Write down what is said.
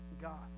God